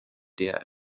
der